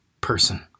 person